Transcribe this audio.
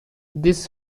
this